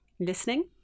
listening